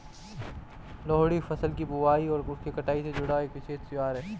लोहड़ी फसल की बुआई और उसकी कटाई से जुड़ा एक विशेष त्यौहार है